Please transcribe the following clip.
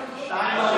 שתיים, זה